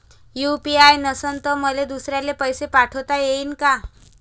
UPI नसल तर मले दुसऱ्याले पैसे पाठोता येईन का?